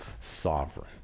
sovereign